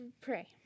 pray